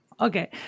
Okay